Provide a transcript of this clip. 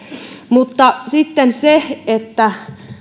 mutta sitten